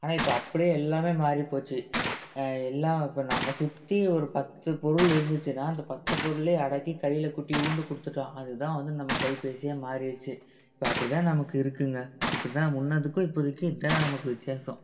ஆனால் இப்போ அப்படியே எல்லாம் மாறிப்போச்சி எல்லாம் இப்போ நம்ம சுற்றி ஒரு பத்து பொருள் இருந்துச்சின்னா அந்த பத்து பொருளையும் அடக்கி கையில் குட்டியோண்டு கொடுத்துட்டான் அதுதான் வந்து நம்ம கைபேசியா மாறிருச்சி இப்போ அப்படிதான் நமக்கு இருக்குங்க இப்படி தான் முன்னதுக்கும் இப்போதிக்கும் இதான் நமக்கு வித்தியாசம்